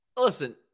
listen